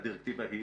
--- והדירקטיבה היא?